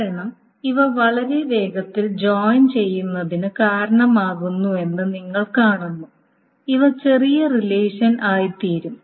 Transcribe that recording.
കാരണം ഇവ വളരെ വേഗത്തിൽ ജോയിൻ ചെയ്യുന്നതിന് കാരണമാകുമെന്ന് നിങ്ങൾ കാണുന്നു ഇവ ചെറിയ റിലേഷൻ ആയിത്തീരും